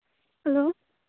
hello